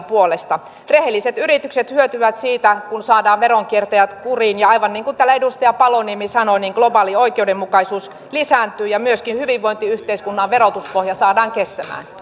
puolesta rehelliset yritykset hyötyvät siitä kun saadaan veronkiertäjät kuriin ja aivan niin kuin täällä edustaja paloniemi sanoi niin globaali oikeudenmukaisuus lisääntyy ja myöskin hyvinvointiyhteiskunnan verotuspohja saadaan kestämään